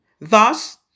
Thus